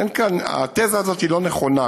התזה הזאת לא נכונה.